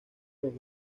los